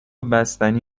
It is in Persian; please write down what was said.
بستنی